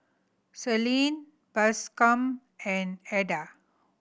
Celine Bascom and Eda